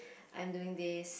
I'm doing this